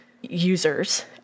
users